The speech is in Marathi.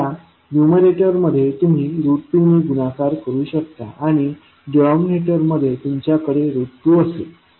आता न्यूमरेटर मध्ये तुम्ही2 ने गुणाकार करू शकता आणि डिनॉमिनेटर मध्ये तुमच्याकडे 2 असेल